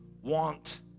want